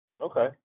Okay